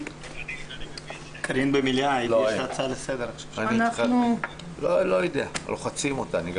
התנסיתי בזה בשבועות האחרונים יחד עם חבריי פה במגוון חוקים.